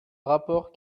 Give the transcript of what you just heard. rapport